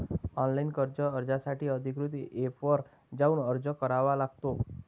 online कर्ज अर्जासाठी अधिकृत एपवर जाऊन अर्ज करावा लागतो